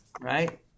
right